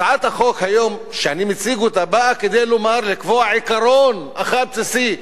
הצעת החוק שאני מציג היום באה לקבוע עיקרון אחד בסיסי,